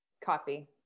Coffee